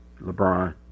LeBron